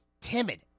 timid